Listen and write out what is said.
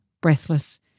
Breathless